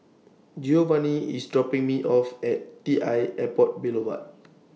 Geovanni IS dropping Me off At T L Airport Boulevard